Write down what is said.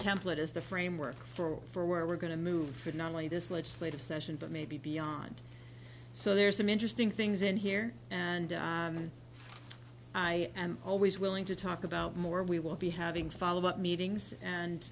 template is the framework for where we're going to move from not only this legislative session but maybe beyond so there's some interesting things in here and i am always willing to talk about more we will be having follow up meetings and